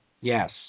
Yes